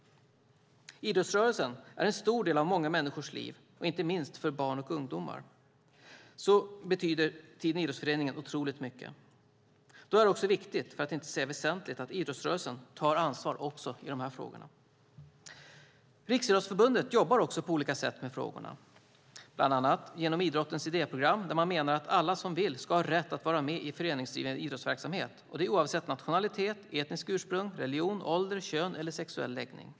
Idrottsrörelsen är en stor del av många människors liv. Inte minst för barn och ungdomar betyder tiden i idrottsföreningen otroligt mycket. Då är det också viktigt, för att inte säga väsentligt, att idrottsrörelsen tar ansvar också i dessa frågor. Riksidrottsförbundet jobbar på olika sätt med frågorna, bland annat genom idrottens idéprogram, där man menar att alla som vill ska ha rätt att vara med i föreningsdriven idrottsverksamhet oavsett nationalitet, etniskt ursprung, religion, ålder, kön och sexuell läggning.